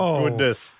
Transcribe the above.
goodness